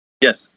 Yes